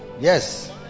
Yes